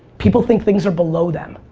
people think things are below them.